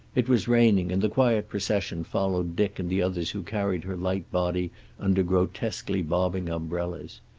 it was raining, and the quiet procession followed dick and the others who carried her light body under grotesquely bobbing umbrellas.